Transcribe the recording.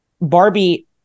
Barbie